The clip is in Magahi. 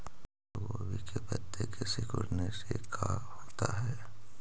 फूल गोभी के पत्ते के सिकुड़ने से का होता है?